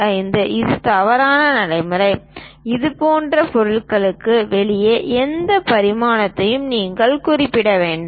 25 இது தவறான நடைமுறை இது போன்ற பொருளுக்கு வெளியே எந்த பரிமாணத்தையும் நீங்கள் குறிப்பிட வேண்டும்